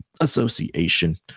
association